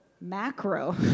macro